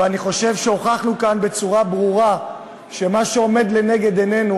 ואני חושב שהוכחנו כאן בצורה ברורה שמה שעומד לנגד עינינו